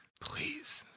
please